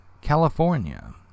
California